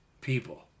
People